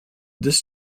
this